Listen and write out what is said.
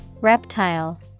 Reptile